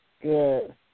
Good